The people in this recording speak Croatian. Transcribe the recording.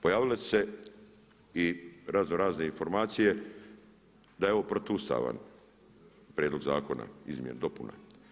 Pojavile su se i raznorazne informacije da je ovo protuustavan prijedlog zakona, izmjena i dopuna.